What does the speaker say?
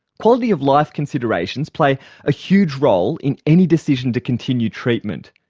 quality of life considerations play a huge role in any decision to continue treatment.